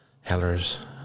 Heller's